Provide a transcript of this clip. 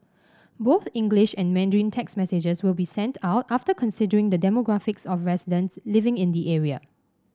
both English and Mandarin text messages will be sent out after considering the demographics of residents living in the area